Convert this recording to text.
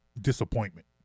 disappointment